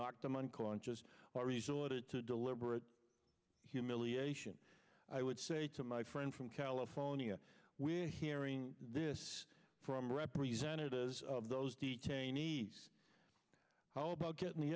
knocked him unconscious or resorted to deliberate humiliation i would say to my friend from california we're hearing this from representatives of those detainee's how about getting the